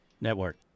Network